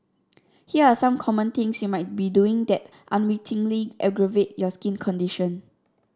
here are some common things you might be doing that unwittingly aggravate your skin condition